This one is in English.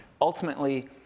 ultimately